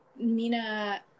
Mina